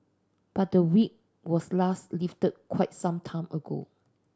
but the Whip was last lifted quite some time ago